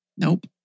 Nope